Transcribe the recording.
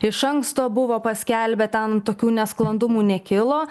iš anksto buvo paskelbę ten tokių nesklandumų nekilo